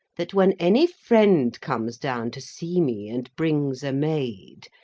that when any friend comes down to see me and brings a maid,